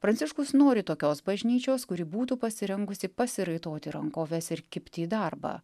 pranciškus nori tokios bažnyčios kuri būtų pasirengusi pasiraitoti rankoves ir kibti į darbą